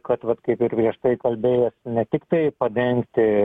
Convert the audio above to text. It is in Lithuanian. kad vat kaip ir prieš tai kalbėjęs ne tiktai padengti